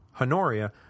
Honoria